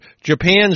Japan's